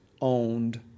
owned